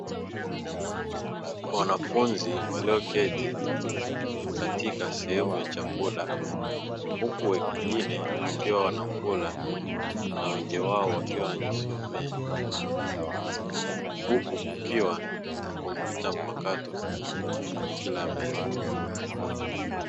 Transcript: Wanafunzi walioketi katika sehemu ya chakula huku wengine wakiwa wanakula na wengi wao wakiwa wanajisomea huku kukiwa na kompyuta mpakato kwenye kila meza.